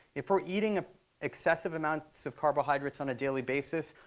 if we're eating ah excessive amounts of carbohydrates on a daily basis,